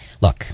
look